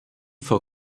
vor